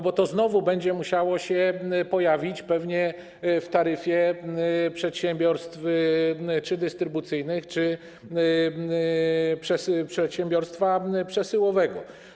Bo to znowu będzie musiało się pojawić pewnie w taryfie przedsiębiorstw dystrybucyjnych czy przedsiębiorstwa przesyłowego.